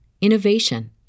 innovation